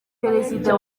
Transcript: perezida